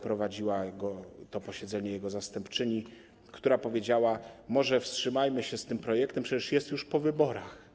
Prowadziła to posiedzenie jego zastępczyni, która powiedziała: może wstrzymajmy się z tym projektem, przecież jest już po wyborach.